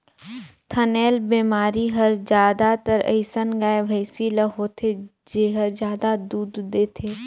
थनैल बेमारी हर जादातर अइसन गाय, भइसी ल होथे जेहर जादा दूद देथे